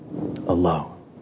alone